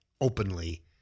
openly